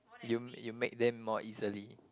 you you make them more easily